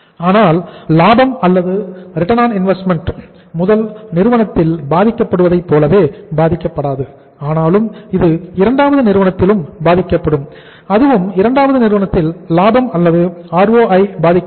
ஆனால் லாபம் அல்லது ROI முதல் நிறுவனத்தில் பாதிக்கப்படுவதை போலவே பாதிக்கப்படாது ஆனாலும் இது இரண்டாவது நிறுவனத்திலும் பாதிக்கப்படும் அதுவும் இரண்டாவது நிறுவனத்தில் லாபம் அல்லது ROI பாதிக்கப்படும்